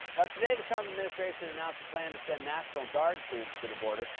now today the trump administration announced a plan to send national guard troops to the border.